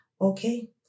Okay